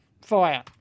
fire